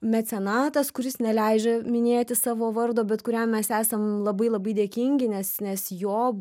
mecenatas kuris neleidžia minėti savo vardo bet kuriam mes esam labai labai dėkingi nes nes jo